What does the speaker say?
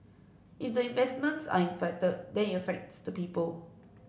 if the investments are affected then it affects the people